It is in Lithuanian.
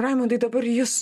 raimundai dabar jus